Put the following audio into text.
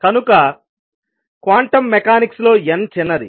కనుక quantum mechanics లో n చిన్నది